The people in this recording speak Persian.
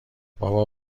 بابا